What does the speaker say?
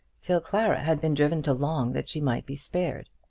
till clara had been driven to long that she might be spared.